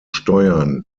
steuern